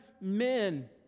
men